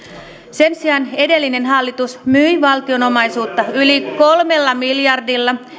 sen sijaan edellinen hallitus myi valtion omaisuutta yli yli kolmella miljardilla